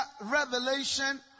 revelation